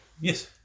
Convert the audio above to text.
Yes